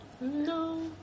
No